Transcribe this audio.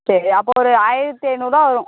சரி அப்போது ஒரு ஆயிரத்தி ஐந்நூறுரூவா வரும்